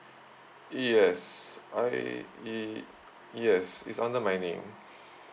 yes I E yes it's under my name